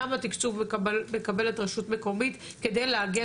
כמה תקצוב מקבלת רשות מקומית כדי להגן